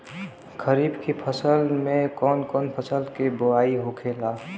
खरीफ की फसल में कौन कौन फसल के बोवाई होखेला?